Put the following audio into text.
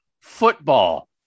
football